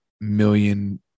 million